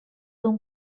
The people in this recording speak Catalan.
d’un